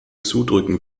zudrücken